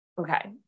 okay